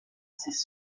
ses